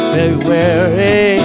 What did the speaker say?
February